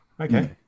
okay